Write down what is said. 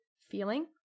feeling